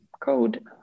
code